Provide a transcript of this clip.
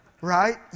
Right